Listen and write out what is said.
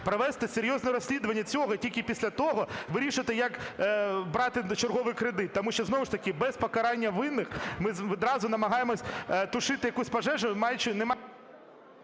Провести серйозне розслідування цього, і тільки після того вирішувати, як брати черговий кредит, тому що, знову таки, без покарання винних ми відразу намагається тушити якусь пожежу,